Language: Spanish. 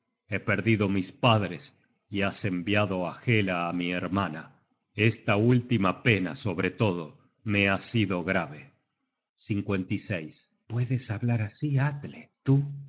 he perdido mis padres y has enviado á hela mi hermana esta última pena sobre todo me ha sido grave puedes hablar así atle tú